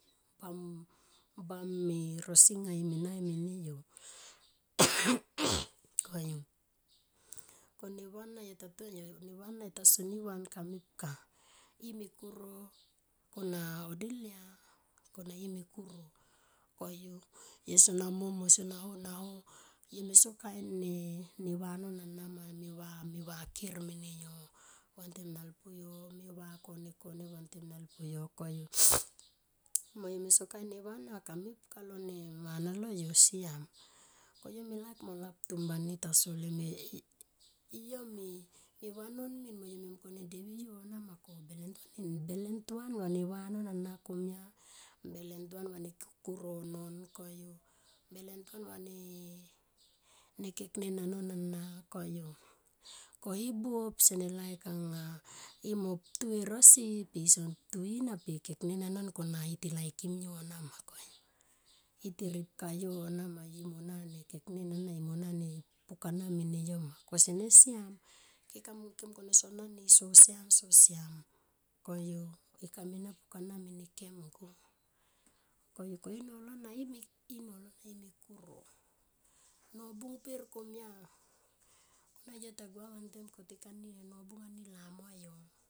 Bam, bam e rosi anga ime nai me ne yo. Koyu neva ana yo ta tasonivan kamepka ime kuro, kona odilia kona ime kuro koyu yosona mom moyo sona ho naho yome so kain ne va nom ana ma ime va meva ker mene yo vantem nalpuyo me va kone, kone vantem nalpuyo mo yo me so kain neva ana kamepka lone mana lolyo vantem nalpuyo koyo me laik mo lap tumbani tasol yome, yome vanon min moyo me mung kone devi yo nama ko belentuan, belentuan vane vanon ana komianama, beletuan vane kuroiem belentua vane keknen anon ana koyu ko i buop senen laik anga i mo ptu erosi pe i son ptui na per kona keknen anon kona iti laikim yo na ma iti ripka yo nama imo nane keknen anama i mo nane pukana mene yo nama kosene siam ke kamungkone ke mungkone sonani so siam, so siam koyu ikame pukana me ne kem koyu ko nolo i me kuro nobung per komia kona yotagua vantem kotik ani o nobungani lami huayo.